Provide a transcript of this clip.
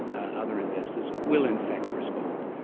ah other investors, will in fact respond.